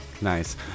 Nice